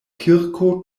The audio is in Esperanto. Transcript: kirko